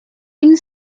این